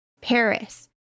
Paris